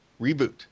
Reboot